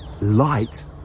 Light